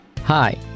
Hi